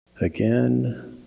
again